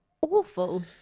awful